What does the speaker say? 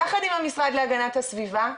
יחד עם המשרד להגנת הסביבה,